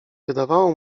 wydawało